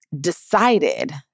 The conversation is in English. decided